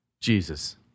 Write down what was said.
Jesus